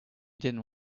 didn’t